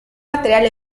material